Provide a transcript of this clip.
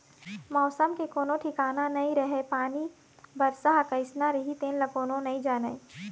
मउसम के कोनो ठिकाना नइ रहय पानी, बरसा ह कइसना रही तेन ल कोनो नइ जानय